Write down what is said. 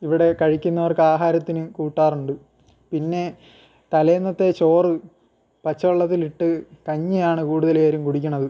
ഇവിടെ കഴിക്കുന്നവർക്ക് ആഹാരത്തിന് കൂട്ടാറുണ്ട് പിന്നെ തലേന്നത്തെ ചോറ് പച്ചവെള്ളത്തിലിട്ട് കഞ്ഞിയാണ് കൂടുതൽ പേരും കുടിക്കണത്